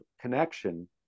connection